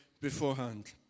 beforehand